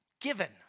Given